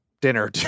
dinner